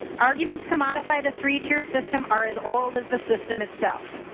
arguments to modify the three-tiered system are as old as the system itself.